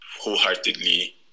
wholeheartedly